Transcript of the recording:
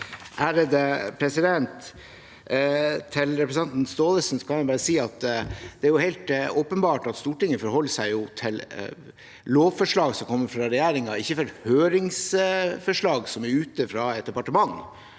(FrP) Til repre- sentanten Staalesen kan jeg si at det er helt åpenbart at Stortinget forholder seg til lovforslag som kommer fra regjeringen, ikke til høringsforslag som er ute fra et departement.